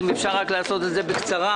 אבקש לקצר בהצעות.